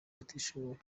batishoboye